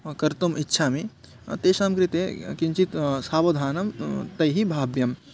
कर्तुम् इच्छामि तेषां कृते किञ्चित् सावधानं तैः भाव्यं